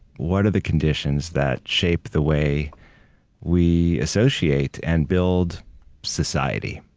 what are the conditions that shape the way we associate and build society?